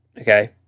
okay